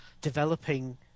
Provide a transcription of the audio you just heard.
developing